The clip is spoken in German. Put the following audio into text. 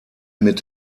mit